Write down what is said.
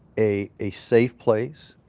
a a safe place,